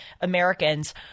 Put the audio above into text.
Americans